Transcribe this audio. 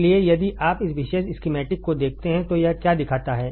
इसलिए यदि आप इस विशेष स्कीमैटिक को देखते हैं तो यह क्या दिखाता है